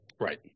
Right